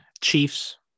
Chiefs